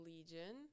Legion